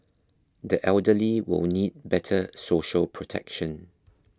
the elderly will need better social protection